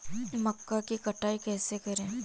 मक्का की कटाई कैसे करें?